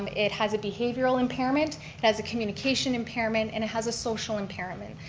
um it has a behavioral impairment. it has a communication impairment, and it has a social impairment.